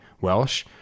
Welsh